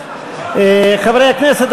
חברי הכנסת,